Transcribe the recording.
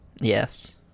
Yes